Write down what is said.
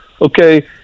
okay